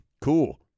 Cool